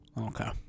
Okay